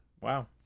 wow